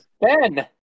Ben